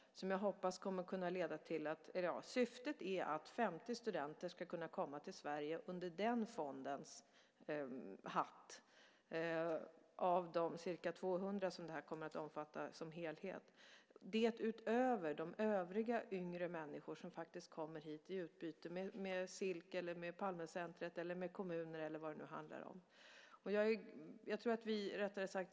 Syftet är att 50 studenter ska kunna komma till Sverige under den fondens hatt - 50 av de 200 studenter som detta som helhet kommer att omfatta, utöver de övriga yngre människor som genom ett utbyte med Silk, Palmecentret, kommuner eller vad det nu handlar om kommer hit.